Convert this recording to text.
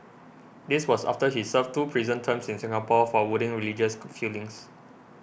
this was after he served two prison terms in Singapore for wounding religious feelings